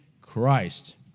Christ